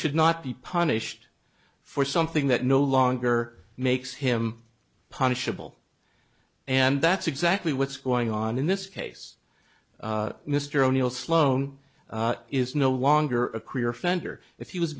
should not be punished for something that no longer makes him punishable and that's exactly what's going on in this case mr o'neill sloan is no longer a career fender if he was